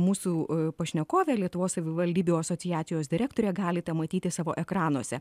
mūsų pašnekovę lietuvos savivaldybių asociacijos direktorę galite matyti savo ekranuose